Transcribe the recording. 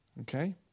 Okay